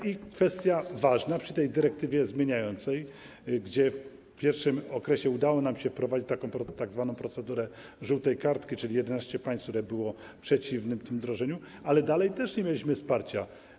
Ważną kwestią przy tej dyrektywie zmieniającej jest to, że w pierwszym okresie udało nam się wprowadzić tzw. procedurę żółtej kartki, czyli 11 państw, które były przeciwne tym wdrożeniom, ale dalej też nie mieliśmy wsparcia.